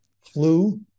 Flu